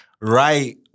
right